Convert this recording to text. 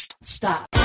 Stop